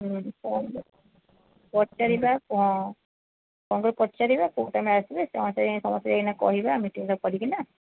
ହୁଁ ପଚାରିବା ଫୋନ୍ କରି ପଚାରିବା କୋଉ ଟାଇମ୍ରେ ଆସିବେ ସମସ୍ତେ ସମସ୍ତେ ଏଇନା କହିବା ମିଟିଙ୍ଗ୍ଟା କରିକିନା